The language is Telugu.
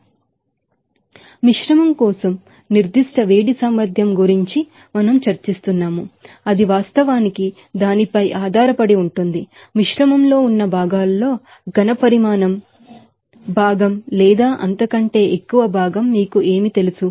మరియు మిశ్రమం కోసం స్పెసిఫిక్ హీట్ కెపాసిటీ గురించి కూడా మనం చర్చిస్తున్నాము అది వాస్తవానికి దానిపై ఆధారపడి ఉంటుంది మిశ్రమంలో ఉన్న భాగాలలో వాల్యూం ఫ్రేక్షన్ భాగం లేదా అంతకంటే ఎక్కువ భాగం మీకు ఏమి తెలుసు